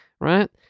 right